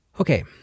Okay